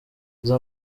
izo